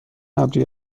ابری